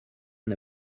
n’a